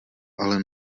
ale